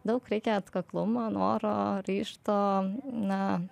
daug reikia atkaklumo noro ryžto na